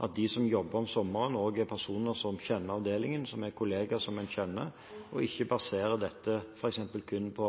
at de som jobber om sommeren, også er personer som kjenner avdelingen, som er kolleger som en kjenner, og ikke baserer dette f.eks. kun på